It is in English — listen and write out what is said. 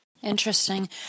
Interesting